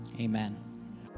Amen